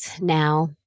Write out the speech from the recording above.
now